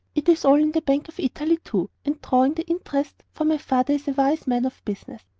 it is all in the bank of italy, too, and drawing the interest, for my father is a wise man of business.